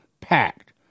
packed